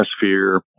atmosphere